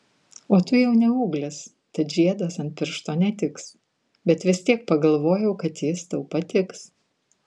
o tu jau ne ūglis tad žiedas ant piršto netiks bet vis tiek pagalvojau kad jis tau patiks